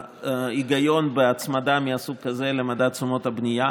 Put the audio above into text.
ההיגיון בהצמדה מסוג כזה למדד תשומות הבנייה.